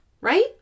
right